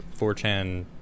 4chan